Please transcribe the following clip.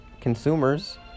consumers